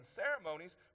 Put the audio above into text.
ceremonies